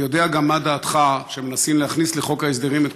אני יודע מה דעתך כשמנסים להכניס לחוק ההסדרים את